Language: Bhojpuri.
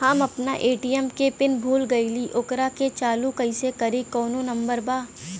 हम अपना ए.टी.एम के पिन भूला गईली ओकरा के चालू कइसे करी कौनो नंबर बा?